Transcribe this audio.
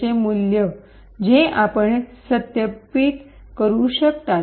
चे मूल्य जे आपण सत्यापित करू शकता